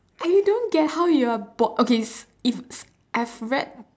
eh don't get how you are bored okay is is I've read